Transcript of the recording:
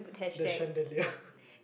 the chandelier